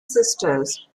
sisters